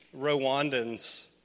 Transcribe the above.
Rwandans